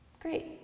Great